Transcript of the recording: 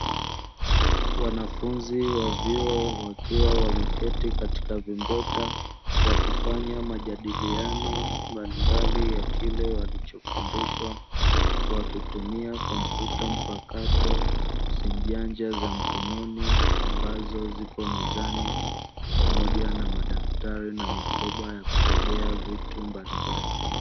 Wanafunzi wa vyuo wakiwa wameketi katika vimbweta wakifanya majadiliano mbalimbali ya kile walichofundishwa, wakitumia kompyuta mpakato, simu janja za mkononi ambazo zipo mezani, pamoja na madaftari na mikoba ya kubebea vitu mbalimbali.